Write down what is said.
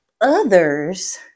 others